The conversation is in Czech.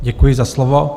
Děkuji za slovo.